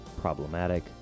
problematic